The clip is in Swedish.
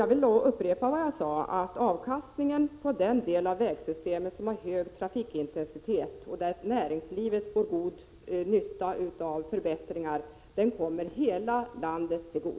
Jag vill upprepa att avkastningen på den del av vägsystemet som har hög trafikintensitet, och där näringslivet får god nytta av förbättringar, kommer hela landet till godo.